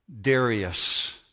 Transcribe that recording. Darius